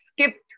skipped